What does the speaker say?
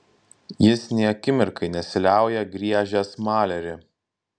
jis nė akimirkai nesiliauja griežęs malerį